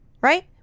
right